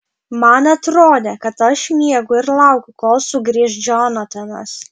man atrodė kad aš miegu ir laukiu kol sugrįš džonatanas